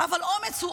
אבל אומץ,